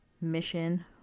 mission